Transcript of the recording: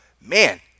man